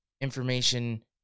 Information